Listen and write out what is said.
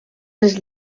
les